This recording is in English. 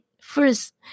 first